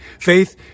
Faith